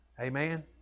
Amen